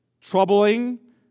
troubling